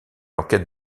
enquête